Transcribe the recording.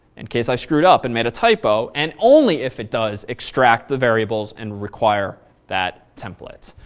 and case i screwed up and made a typo, and only if it does extract the variables and require that template.